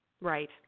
Right